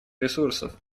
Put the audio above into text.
ресурсов